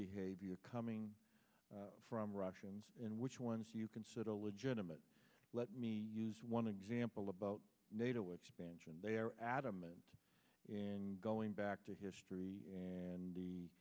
behavior coming from russians in which ones do you consider legitimate let me use one example about nato expansion they are adamant in going back to history and the